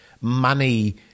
money